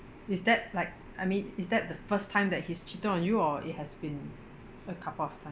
is that like I mean is that the first time that he's cheated on you or it has been a couple of times